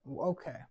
okay